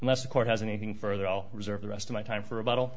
unless the court has anything further i'll reserve the rest of my time for a bottle